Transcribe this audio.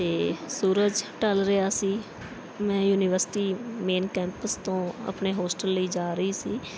ਅਤੇ ਸੂਰਜ ਢਲ ਰਿਹਾ ਸੀ ਮੈਂ ਯੂਨੀਵਰਸਿਟੀ ਮੇਨ ਕੈਂਪਸ ਤੋਂ ਆਪਣੇ ਹੋਸਟਲ ਲਈ ਜਾ ਰਹੀ ਸੀ